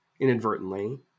inadvertently